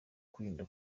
kwirinda